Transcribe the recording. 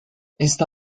está